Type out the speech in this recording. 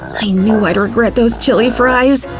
i knew i'd regret those chili fries!